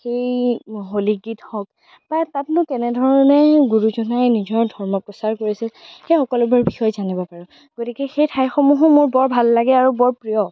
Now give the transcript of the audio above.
সেই হোলী গীত হওক বা তাতনো কেনেধৰণে গুৰুজনাই নিজৰ ধৰ্ম প্ৰচাৰ কৰিছিল সেই সকলোবোৰৰ বিষয়ে জানিব পাৰোঁ গতিকে সেই ঠাইসমূহো মোৰ বৰ ভাল লাগে আৰু বৰ প্ৰিয়